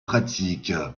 pratique